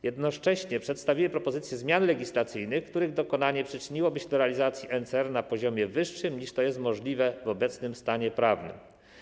Jednocześnie przedstawiły propozycje zmian legislacyjnych, których dokonanie przyczyniłoby się do realizacji NCR na poziomie wyższym, niż to jest możliwe w obecnym stanie prawnym.